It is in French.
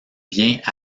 vient